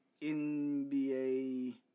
NBA